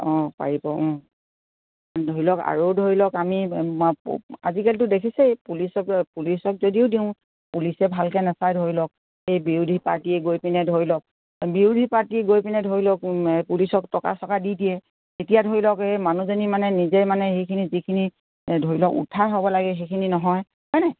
অঁ পাৰিব ধৰি লওক আৰু ধৰি লওক আমি আজিকালিতো দেখিছেই পুলিচক পুলিচক যদিও দিওঁ পুলিচে ভালকে নাচায় ধৰি লওক এই বিৰোধী পাৰ্টীয়ে গৈ পিনে ধৰি লওক বিৰোধী পাৰ্টীয়ে গৈ পিনে ধৰি লওক পুলিচক টকা চকা দি দিয়ে তেতিয়া ধৰি লওক এই মানুহজনী মানে নিজে মানে সেইখিনি যিখিনি ধৰি লওক উদ্ধাৰ হ'ব লাগে সেইখিনি নহয় হয়নে